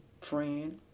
friend